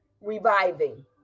reviving